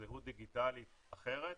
זהות דיגיטלית אחרת,